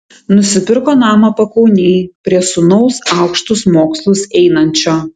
nusipirko namą pakaunėj prie sūnaus aukštus mokslus einančio